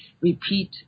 repeat